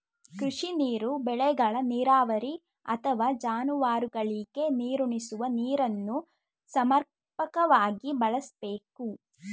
ಕೃಷಿ ನೀರು ಬೆಳೆಗಳ ನೀರಾವರಿ ಅಥವಾ ಜಾನುವಾರುಗಳಿಗೆ ನೀರುಣಿಸುವ ನೀರನ್ನು ಸಮರ್ಪಕವಾಗಿ ಬಳಸ್ಬೇಕು